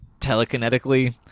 telekinetically